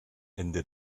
ende